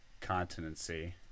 continency